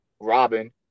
Robin